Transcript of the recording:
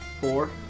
Four